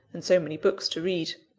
and so many books to read.